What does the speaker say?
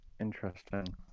Interesting